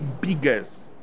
biggest